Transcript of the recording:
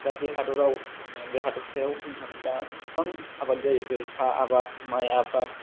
दा बे हादराव माने बे हादरसायाव बुंनो थाङोब्ला गोबां आबाद जायो जेरै सा आबाद माय आबाद